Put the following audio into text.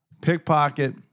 Pickpocket